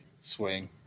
swing